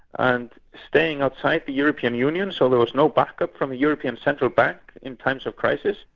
and staying outside the european union so there was no back-up from the european central bank in times of crisis,